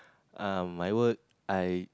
ah my work I